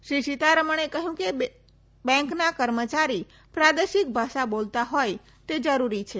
શ્રી સીતારમણે કહ્યું કે બેંકના કર્મચારી પ્રાદેશિક ભાષા બોલતો હોય તે જરૂરી છે